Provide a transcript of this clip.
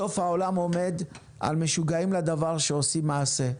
בסוף העולם עומד על משוגעים לדבר שעושים מעשה.